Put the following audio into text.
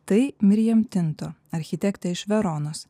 tai mirijem tinto architektė iš veronos